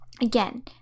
again